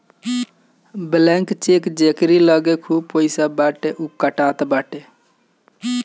blank cheque जेकरी लगे खूब पईसा बाटे उ कटात बाटे